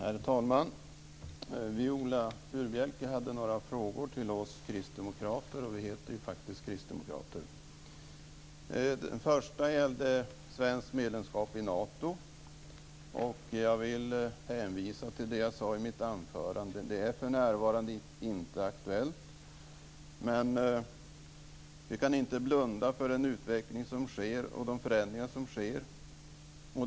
Herr talman! Viola Furubjelke hade några frågor till oss kristdemokrater. Vi heter faktiskt kristdemokrater. Den första frågan gällde svenskt medlemskap i Nato. Jag vill hänvisa till det jag sade i mitt anförande. Det är för närvarande inte aktuellt. Men vi kan inte blunda för den utveckling och de förändringar som sker.